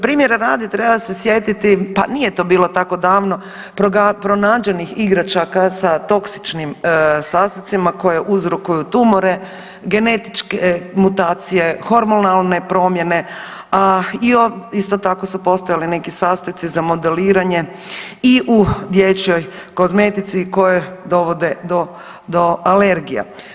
Primjera radi treba se sjetiti pa nije to bilo tako davno pronađenih igračaka sa toksičnim sastojcima koji uzrokuju tumore, genetičke mutacije, hormonalne promjene a isto tako su postojali neki sastojci za modeliranje i u dječjoj kozmetici koje dovode do alergija.